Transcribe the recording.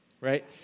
right